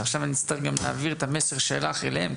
שעכשיו אני אצטרך גם את המסר שלך אליהם,